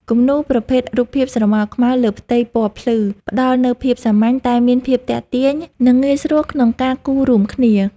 គំនូរប្រភេទ រូបភាពស្រមោលខ្មៅលើផ្ទៃពណ៌ភ្លឺ ផ្ដល់នូវភាពសាមញ្ញតែមានភាពទាក់ទាញ និងងាយស្រួលក្នុងការគូររួមគ្នា។